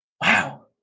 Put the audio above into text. wow